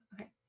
okay